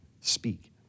speak